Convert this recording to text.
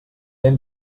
hem